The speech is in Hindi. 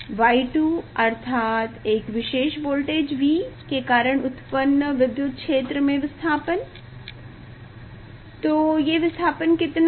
Y2 अर्थात एक विशेष वोल्टेज V के कारण उत्पन्न विधयुत क्षेत्र में विस्थापन तो ये विस्थापन कितना है